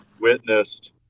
witnessed